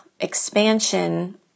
expansion